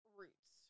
roots